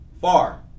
far